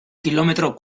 kilometro